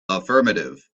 affirmative